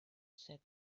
said